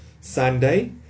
Sunday